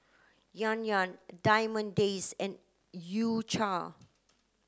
Yan Yan Diamond Days and U Cha